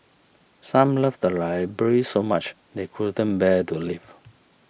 some love the library so much they couldn't bear to leave